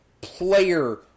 player